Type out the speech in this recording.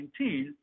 2019